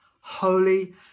holy